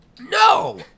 No